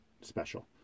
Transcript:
special